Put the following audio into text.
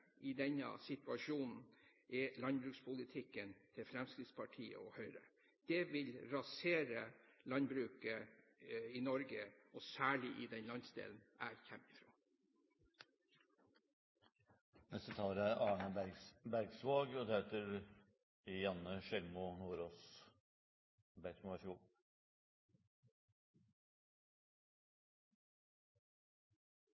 i denne situasjonen, er landbrukspolitikken til Fremskrittspartiet og Høyre. Den ville rasere landbruket i Norge og særlig i den landsdelen jeg kommer fra. I landbruksmeldinga, som er